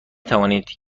توانید